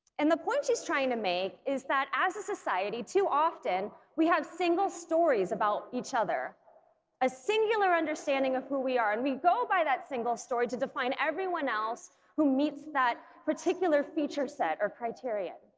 and the point she's trying to make is that as a society too often we have single stories about each other a singular understanding of who we are and we go by that single story to define everyone else who meets that particular feature set or criteria.